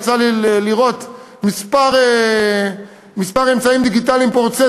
יצא לי לראות כמה אמצעים דיגיטליים פורצי